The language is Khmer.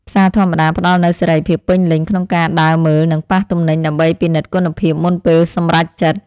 ផ្សារធម្មតាផ្តល់នូវសេរីភាពពេញលេញក្នុងការដើរមើលនិងប៉ះទំនិញដើម្បីពិនិត្យគុណភាពមុនពេលសម្រេចចិត្ត។